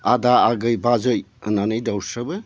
आदा आगै बाजै होननानै दाउस्रियाबो